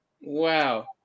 Wow